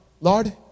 Lord